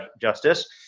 justice